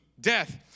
death